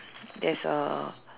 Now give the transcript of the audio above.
there's a